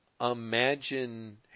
imagine